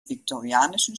viktorianischen